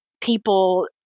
people